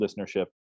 listenership